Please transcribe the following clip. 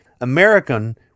American